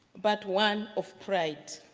but one of pride.